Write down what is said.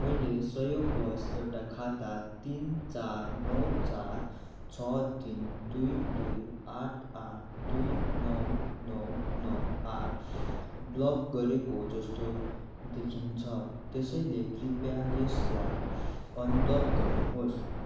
मैले संयोगवस एउटा खाता तिन चार नौ चार छ तिन दुई दुई आठ आठ दुई नौ नौ नौ आठ ब्लक गरेको जस्तो देखिन्छ त्यसैले कृपया यसलाई अनब्लक गर्नुहोस्